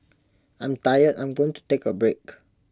I'm tired I'm going to take A break